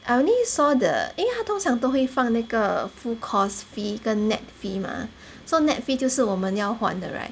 I only saw the 因为它通常都会放那个 full course fee 跟 nett fee mah so nett fee 就是我们要还的 right